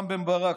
רם בן ברק,